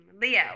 Leo